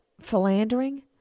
philandering